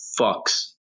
fucks